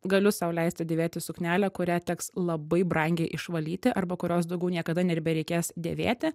galiu sau leisti dėvėti suknelę kurią teks labai brangiai išvalyti arba kurios daugiau niekada nebereikės dėvėti